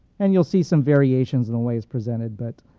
and you'll see some variations in the way it's presented, but,